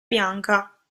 bianca